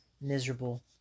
miserable